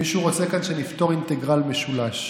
מישהו רוצה כאן שאני אפתור אינטגרל משולש.